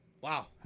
Wow